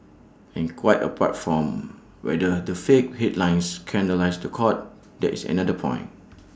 in quite apart from whether the fake headlines scandalise The Court there is another point